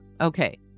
Okay